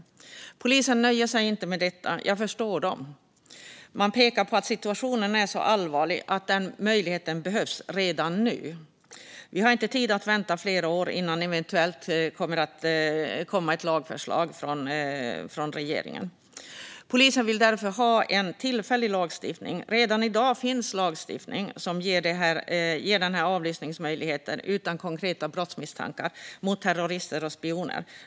Polisen nöjer sig inte med detta. Jag förstår dem. De pekar på att situationen är så allvarlig att den här möjligheten behövs redan nu. Vi har inte tid att vänta flera år på att det eventuellt ska komma ett lagförslag från regeringen. Polisen vill därför ha en tillfällig lagstiftning. Redan i dag finns lagstiftning som ger möjlighet till avlyssning utan konkreta brottsmisstankar av terrorister och spioner.